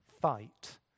fight